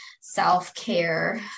self-care